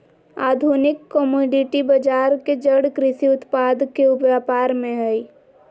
आधुनिक कमोडिटी बजार के जड़ कृषि उत्पाद के व्यापार में हइ